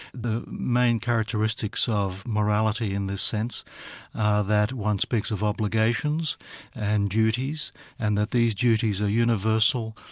the main characteristics of morality, in this sense, are that one speaks of obligations and duties and that these duties are universal,